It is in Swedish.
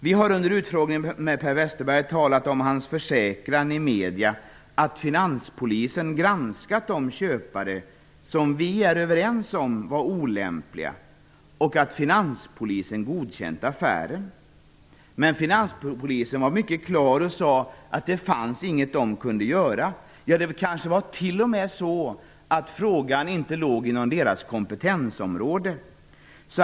Vi har under utfrågningen med Per Westerberg talat om hans försäkran i medierna att finanspolisen granskat de köpare som vi är överens om var olämpliga och att finanspolisen godkänt affären. Inom finanspolisen var man mycket klar och sade att det inte var något man kunde göra. Det kanske t.o.m. var så att frågan inte låg inom finanspolisens kompetensområde.